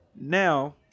Now